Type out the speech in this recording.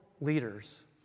leaders